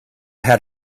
had